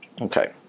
Okay